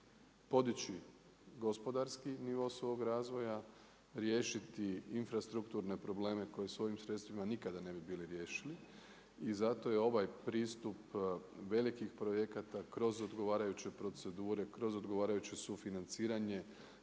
podići gospodarski nivo svog razvoja, riješiti infrastrukturne probleme koje s ovim sredstvima nikada ne bi bili riješili. I zato je ovaj pristup velikih projekata kroz odgovarajuće procedure, kroz odgovarajuće sufinanciraje